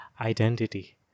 identity